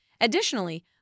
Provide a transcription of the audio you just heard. Additionally